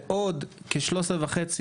ועוד כ-13,500 עובדים,